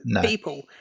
people